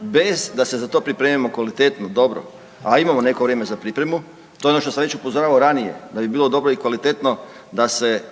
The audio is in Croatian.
bez da se za to pripremimo kvalitetno, dobro a imamo neko vrijeme za pripremu, to je ono što sam već upozoravao ranije da bi bilo dobro i kvalitetno da se